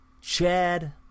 chad